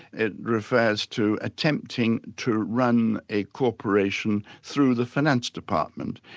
it refers to attempting to run a corporation through the finance department.